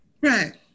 Right